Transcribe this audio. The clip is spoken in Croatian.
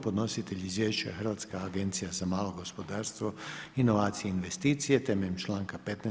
Podnositelj izvješća je Hrvatska agencija za malo gospodarstvo, inovacije i investicije, temeljem članka 15.